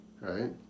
right